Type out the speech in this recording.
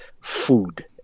food